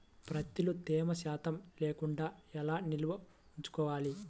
ప్రత్తిలో తేమ శాతం లేకుండా ఎలా నిల్వ ఉంచుకోవాలి?